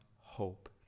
hope